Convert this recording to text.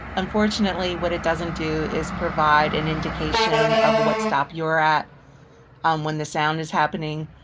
unfortunately, what it doesn't do is provide an indication of what stop you're at um when the sound is happening.